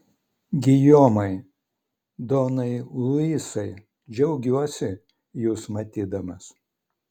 gijomai donai luisai džiaugiuosi jus matydamas